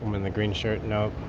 in the green shirt, nope.